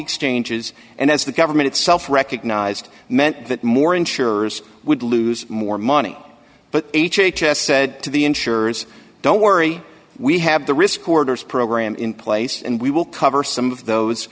exchanges and as the government itself recognized meant that more insurers would lose more money but h h s said to the insurers don't worry we have the risk orders program in place and we will cover some of those